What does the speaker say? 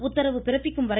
உத்தரவு பிறப்பிக்கும் வரை